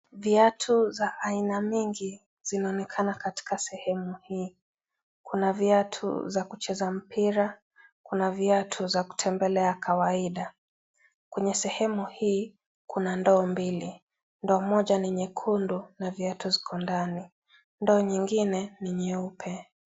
Viatu za aina mingi zinaonekana katika sehemu hii. Kuna viatu za kucheza mpira, kuna viatu za kutembelea kawaida. Kwenye sehemu hii, kuna ndoo mbili. Ndoo moja ni nyekundu na viatu ziko ndani, ndoo nyingine ni nyeupe.